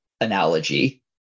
analogy